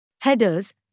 Headers